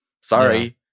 Sorry